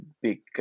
big